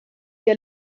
der